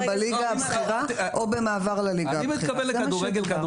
ובליגה הבכירה או במעבר לליגה הבכירה.